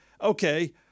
okay